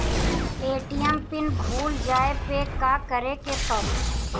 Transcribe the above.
ATM PIN भूल जाए पे का करे के पड़ी?